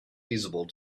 feasible